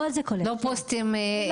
לא פוסטים בודדים.